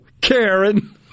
Karen